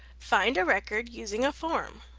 find a record using a form.